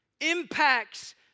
impacts